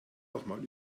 nochmal